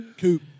Coop